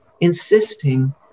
insisting